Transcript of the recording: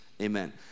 amen